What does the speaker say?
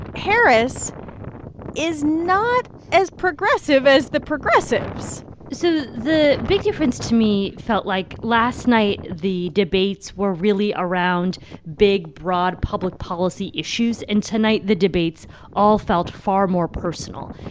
harris is not as progressive as the progressives so the big difference to me felt like last night the debates were really around big, broad public policy issues. and tonight the debates all felt far more personal.